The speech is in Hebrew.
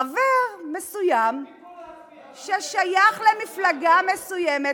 חבר מסוים ששייך למפלגה מסוימת.